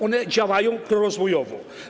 One działają prorozwojowo.